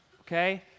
okay